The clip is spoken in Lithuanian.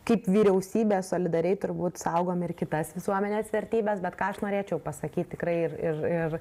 kaip vyriausybė solidariai turbūt saugom ir kitas visuomenės vertybes bet ką aš norėčiau pasakyt tikrai ir ir